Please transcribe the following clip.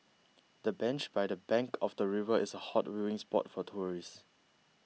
the bench by the bank of the river is a hot viewing spot for tourists